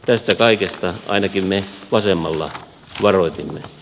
tästä kaikesta ainakin me vasemmalla varoitimme